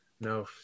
no